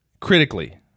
critically